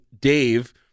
Dave